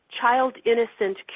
child-innocent